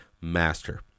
master